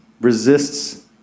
resists